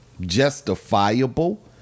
justifiable